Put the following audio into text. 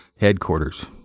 Headquarters